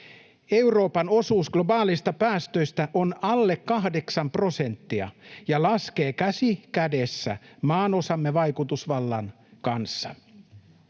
Euroopan osuus globaaleista päästöistä on alle kahdeksan prosenttia ja laskee käsi kädessä maanosamme vaikutusvallan kanssa.